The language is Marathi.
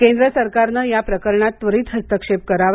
केंद्र सरकारने या प्रकरणात त्वरित हस्तक्षेप करावा